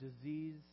disease